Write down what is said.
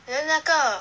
then 那个